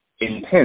intense